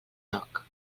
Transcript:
lloc